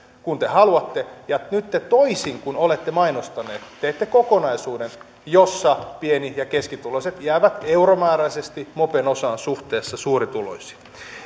kuin te haluatte ja nyt te toisin kuin olette mainostaneet teette kokonaisuuden jossa pieni ja keskituloiset jäävät euromääräisesti mopen osaan suhteessa suurituloisiin